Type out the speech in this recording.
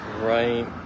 right